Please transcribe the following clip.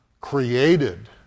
created